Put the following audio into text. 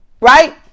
right